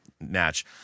match